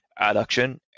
adduction